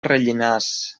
rellinars